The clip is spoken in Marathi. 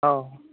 हो